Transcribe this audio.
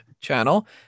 channel